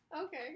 Okay